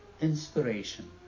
Inspiration